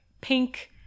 pink